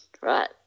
right